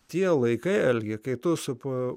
tie laikai alge kai tu supo